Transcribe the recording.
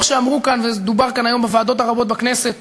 והחקלאות נותנת את אותם אמצעי ייצור שמאפשרים